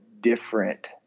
different